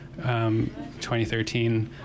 2013